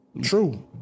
True